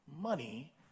money